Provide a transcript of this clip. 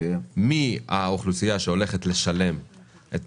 מי האוכלוסייה שהולכת לשלם את